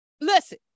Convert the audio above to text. Listen